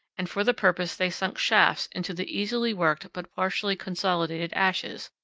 and for the purpose they sunk shafts into the easily worked but partially consolidated ashes,